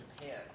Japan